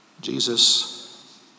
Jesus